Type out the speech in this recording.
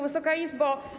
Wysoka Izbo!